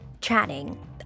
chatting